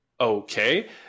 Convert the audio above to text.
Okay